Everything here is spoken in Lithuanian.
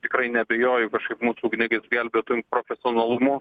tikrai neabejoju kažkaip mūsų ugniagesių gelbėtojų profesionalumu